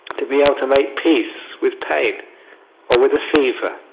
to be able to make peace with pain or with the fever,